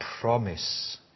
promise